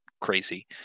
crazy